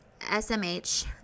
SMH